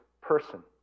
person